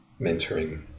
mentoring